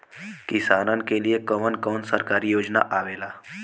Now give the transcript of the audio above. किसान के लिए कवन कवन सरकारी योजना आवेला?